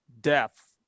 death